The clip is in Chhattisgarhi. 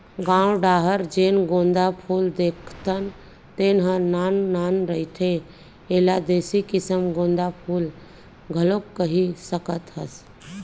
गाँव डाहर जेन गोंदा फूल देखथन तेन ह नान नान रहिथे, एला देसी किसम गोंदा फूल घलोक कहि सकत हस